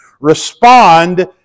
respond